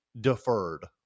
deferred